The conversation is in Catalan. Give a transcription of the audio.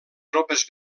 tropes